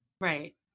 Right